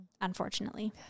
unfortunately